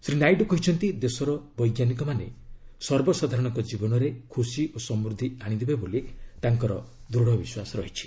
ଶ୍ରୀ ନାଇଡୁ କହିଛନ୍ତି ଦେଶର ବୈଜ୍ଞାନିକମାନେ ସର୍ବସାଧାରଣଙ୍କ ଜୀବନରେ ଖୁସି ଓ ସମୃଦ୍ଧି ଆଶିଦେବେ ବୋଲି ତାଙ୍କର ଦୃଢ଼ ବିଶ୍ୱାସ ରହିଛି